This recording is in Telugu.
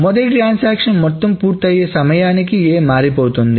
మొదటి ట్రాన్సాక్షన్ మొత్తం పూర్తయ్యే సమయానికి A మారిపోతుంది